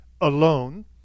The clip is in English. alone